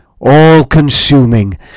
all-consuming